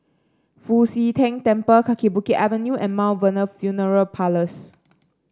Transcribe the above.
Fu Xi Tang Temple Kaki Bukit Avenue and Mount Vernon Funeral Parlours